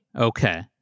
Okay